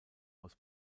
aus